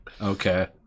Okay